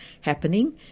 happening